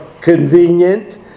convenient